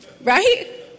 right